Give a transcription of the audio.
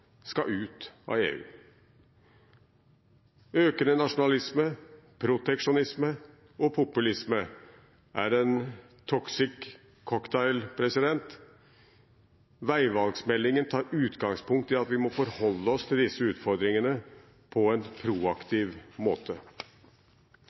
skal ut av EU. Økende nasjonalisme, proteksjonisme og populisme er en «toxic cocktail». Veivalgsmeldingen tar utgangspunkt i at vi må forholde oss til disse utfordringene på en